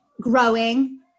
growing